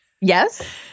Yes